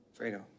Fredo